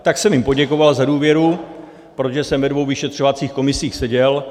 Tak jsem jim poděkoval za důvěru, protože jsem ve dvou vyšetřovacích komisích seděl.